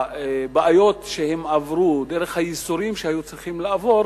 הבעיות שהם עברו, דרך הייסורים שהיו צריכים לעבור,